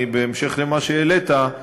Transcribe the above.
אני, בהמשך למה שהעלית,